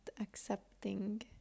accepting